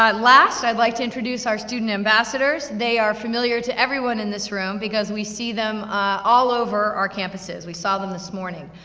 last, i'd like to introduce our student ambassadors. they are familiar to everyone in this room, because we see them all over our campuses. we saw them this morning,